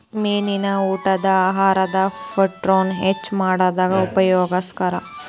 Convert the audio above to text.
ಮೇನಿನ ಊಟಾನ ಆಹಾರದಾಗ ಪ್ರೊಟೇನ್ ಹೆಚ್ಚ್ ಮಾಡಾಕ ಉಪಯೋಗಸ್ತಾರ